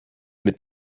mit